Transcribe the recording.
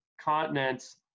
continents